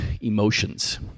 emotions